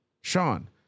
Sean